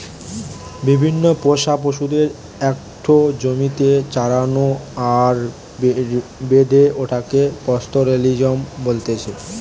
বিভিন্ন পোষা পশুদের একটো জমিতে চরানো আর বেড়ে ওঠাকে পাস্তোরেলিজম বলতেছে